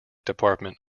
department